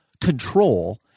control